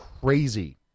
crazy